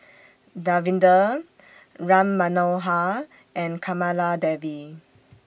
Davinder Ram Manohar and Kamaladevi